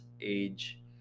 age